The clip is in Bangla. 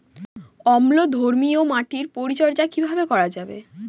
অম্লধর্মীয় মাটির পরিচর্যা কিভাবে করা যাবে?